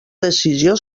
decisió